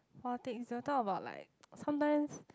politics they will talk about like sometimes